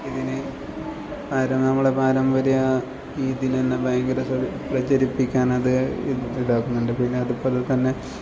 ഇതിന് ആരാണ് നമ്മളെ പാരമ്പര്യമാണ് ഇതിനുതന്നെ ഭയങ്കര പ്രചരിപ്പിക്കാനത് ഇതാക്കുന്നുണ്ട് പിന്നെ അതുപോലെ തന്നെ